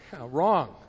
Wrong